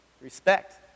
Respect